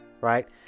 Right